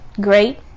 great